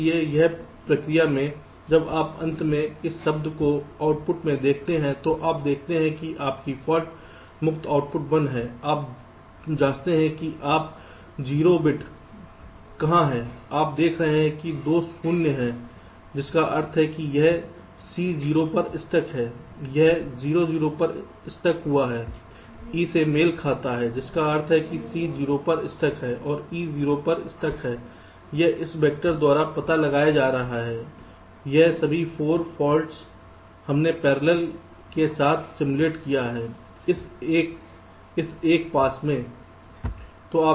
इसलिए इस प्रक्रिया में जब आप अंत में इस शब्द को आउटपुट में देखते हैं तो आप देखते हैं कि आपकी फाल्ट मुक्त आउटपुट 1 है आप जांचते हैं कि आप 0 बिट्स कहाँ हैं आप देख रहे हैं कि 2 शून्य हैं जिसका अर्थ है कि यह c 0 पर स्टक है यह 0 0 पर स्टक हुआ e से मेल खाता है जिसका अर्थ है कि c 0 पर स्टक है और e 0 पर स्टक है यह इस वेक्टर द्वारा पता लगाया जा रहा है और यह सभी 4 फाल्ट हमने पैरेलल में एक साथ सिम्युलेट किए हैं इस 1 पास में